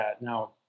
Now